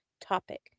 topic